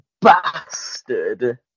bastard